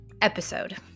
episode